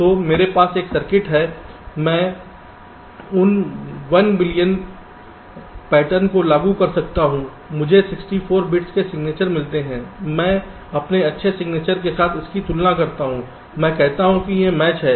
तो मेरे पास एक सर्किट है मैं उन 1 बिलियन पैटर्न को लागू करता हूं मुझे 64 बिट्स के सिग्नेचर मिलते हैं मैं अपने अच्छे सिग्नेचर के साथ इसकी तुलना करता हूं मैं कहता हूं कि एक मैच है